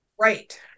Right